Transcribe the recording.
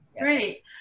Great